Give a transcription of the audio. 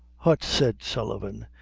hut, said sullivan,